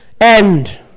end